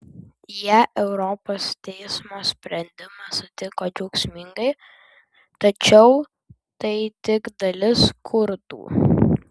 jie europos teismo sprendimą sutiko džiaugsmingai tačiau tai tik dalis kurdų